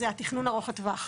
זה התכנון ארוך הטווח.